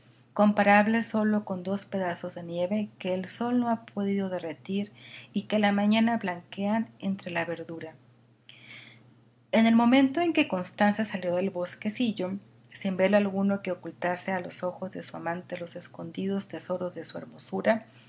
comparables sólo con dos pedazos de nieve que el sol no ha podido derretir y que a la mañana blanquean entre la verdura en el momento en que constanza salió del bosquecillo sin velo alguno que ocultase a los ojos de su amante los escondidos tesoros de su hermosura